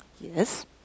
Yes